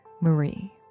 Marie